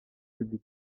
public